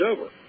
over